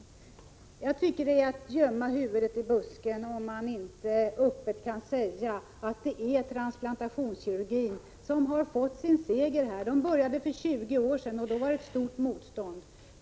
Jag tycker att det är att gömma huvudet i busken om man inte öppet kan säga att det är transplantationskirurgin som har segrat. Den började användas för 20 år sedan, och då var det ett stort motstånd.